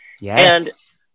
Yes